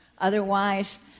Otherwise